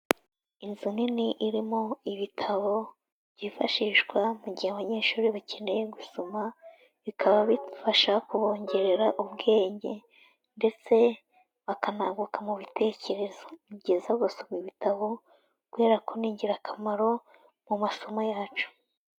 Inzu nini irimo ibitabo byifashishwa mu gihe abanyeshuri bakeneye gusoma, bikaba bifasha kubongerera ubwenge, ndetse bakanunguka mu bitekerezo. Ni byiza gusoma ibitabo, gubera ko ni ingirakamaro mu masomo yacu.